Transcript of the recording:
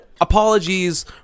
apologies